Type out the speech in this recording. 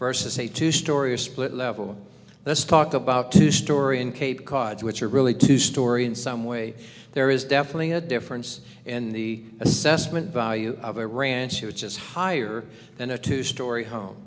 versus a two story a split level let's talk about two story in cape cod which are really two story in some way there is definitely a difference in the assessment value of a ranch which is higher than a two story home